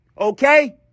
Okay